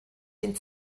den